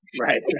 Right